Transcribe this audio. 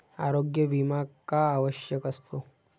आरोग्य विमा का आवश्यक असतो?